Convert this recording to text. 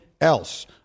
else